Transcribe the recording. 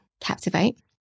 Captivate